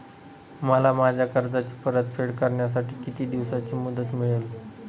मला माझ्या कर्जाची परतफेड करण्यासाठी किती दिवसांची मुदत मिळेल?